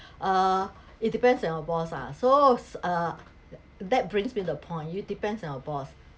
uh it depends on your boss ah so s~ uh that brings me the point you depends on your boss